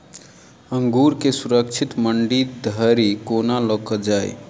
अंगूर केँ सुरक्षित मंडी धरि कोना लकऽ जाय?